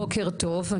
בוקר טוב,